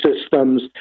systems